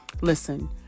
Listen